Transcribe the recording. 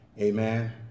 Amen